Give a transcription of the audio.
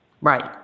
Right